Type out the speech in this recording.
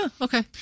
Okay